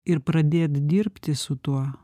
ir pradėt dirbti su tuo